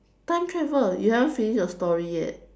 time travel you haven't finish your story yet